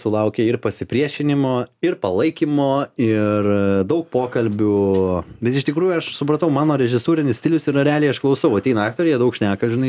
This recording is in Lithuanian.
sulaukia ir pasipriešinimo ir palaikymo ir daug pokalbių bet iš tikrųjų aš supratau mano režisūrinis stilius yra realiai aš klausau ateina aktoriai jie daug šneka žinai